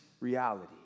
reality